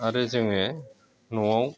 आरो जोङो न'आव